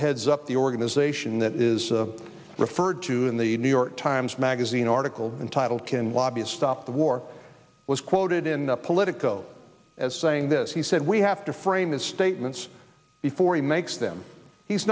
heads up the organization that is referred to in the new york times magazine article entitled can lobbyist stop the war was quoted in the politico as saying this he said we have to frame his statements before he makes them he's